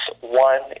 One